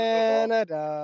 Canada